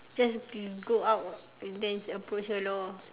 just mm go out ah and then approach her lor